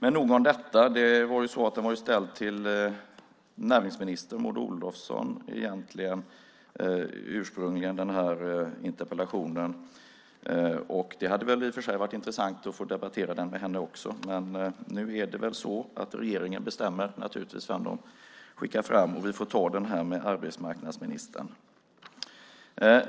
Interpellationen var ursprungligen ställd till näringsminister Maud Olofsson, och det hade i och för sig varit intressant att få debattera den med henne också. Men nu är det naturligtvis regeringen som bestämmer vem de skickar fram, så jag får ta den här debatten med arbetsmarknadsministern.